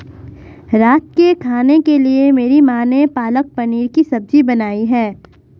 रात के खाने के लिए मेरी मां ने पालक पनीर की सब्जी बनाई है